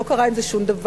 ולא קרה עם זה שום דבר,